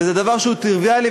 וזה דבר שהוא טריוויאלי,